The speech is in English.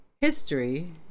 history